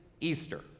Easter